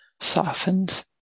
softened